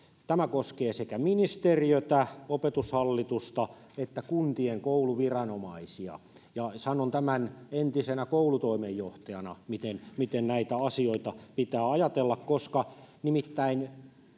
tämä koskee sekä ministeriötä opetushallitusta että kuntien kouluviranomaisia sanon tämän entisenä koulutoimenjohtajana miten miten näitä asioita pitää ajatella nimittäin